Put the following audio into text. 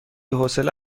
حوصله